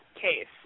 case